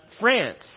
France